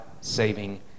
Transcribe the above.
saving